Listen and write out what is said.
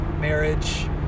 marriage